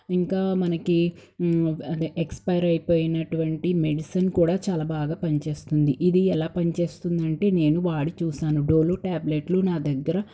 ఇంకా మనకి అదే ఎక్స్పైర్ అయిపోయినటువంటి మెడిసిన్ కూడా చాలా బాగా పనిచేస్తుంది ఇది ఎలా పనిచేస్తుందంటే నేను వాడి చూసాను డోలో టాబ్లెట్లు నా దగ్గర